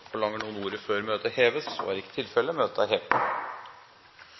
Forlanger noen ordet før møtet heves? – Møtet er hevet.